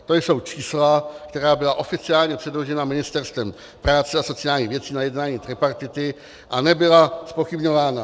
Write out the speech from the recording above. To jsou čísla, která byla oficiálně předložena Ministerstvem práce a sociálních věcí na jednání tripartity a nebyla zpochybňována.